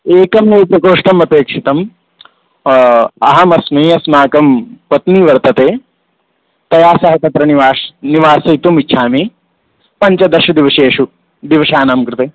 एकमेव प्रकोष्ठम् अपेक्षितम् अहमस्मि अस्माकम् पत्नी वर्तते तया सह तत्र निवाश निवासयितुमिच्छामि पञ्चदशदिवसेषु दिवसानां कृते